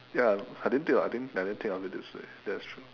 ya I didn't think of I didn't I didn't think of it this way that's true